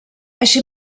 així